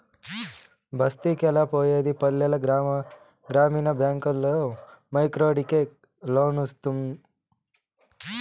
బస్తికెలా పోయేది పల్లెల గ్రామీణ బ్యాంకుల్ల మైక్రోక్రెడిట్ లోన్లోస్తుంటేను